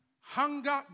hunger